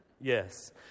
Yes